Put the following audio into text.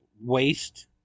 waste